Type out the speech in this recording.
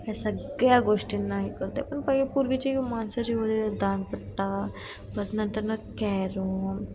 ह्या सगळ्या गोष्टींना ही करते पण पहिले पूर्वीची माणसं जी होती दांडपट्टा परत नंतरनं कॅरम